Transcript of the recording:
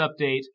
update